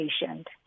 patient